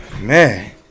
man